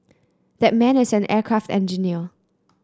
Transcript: that man is an aircraft engineer